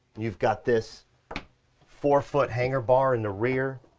you've got this four foot hanger bar in the rear.